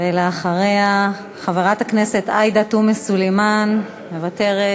אחריה, חברת הכנסת עאידה תומא סלימאן, מוותרת.